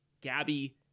Gabby